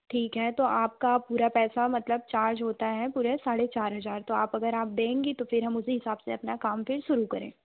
ठीक है तो आपका पूरा पैसा मतलब चार्ज होता है पूरे साढ़े चार हज़ार तो आप अगर आप देंगी तो फिर हम उसी हिसाब से अपना काम फिर शुरू करेंगे